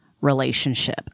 relationship